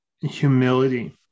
humility